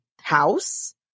house